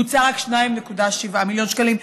בוצע, רק 2.7 מיליון שקלים.